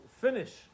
finish